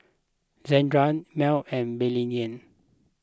Zandra Malik and Billye